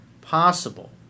possible